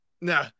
no